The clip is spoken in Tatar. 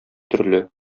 төрле